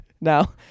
Now